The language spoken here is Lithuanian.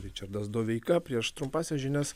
ričardas doveika prieš trumpąsias žinias